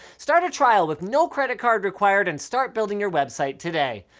start a trial with no credit card required, and start building your website today.